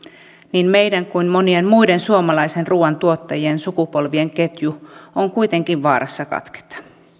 niin meidän kuin monien muiden suomalaisen ruuan tuottajien sukupolvien ketju on kuitenkin vaarassa katketa